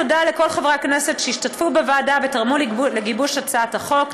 תודה לכל חברי הכנסת שהשתתפו בוועדה ותרמו לגיבוש הצעת החוק.